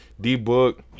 D-Book